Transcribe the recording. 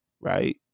right